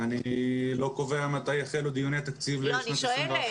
אני לא קובע מתי יחלו דיוני התקציב לשנת 2021. אני שואלת.